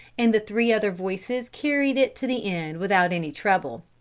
and the three other voices carried it to the end without any treble.